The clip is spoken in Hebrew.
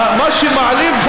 מה שמעליב,